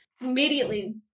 Immediately